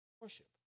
Worship